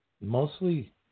mostly